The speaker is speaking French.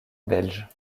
belge